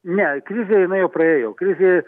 ne krizė jinai jau praėjo krizė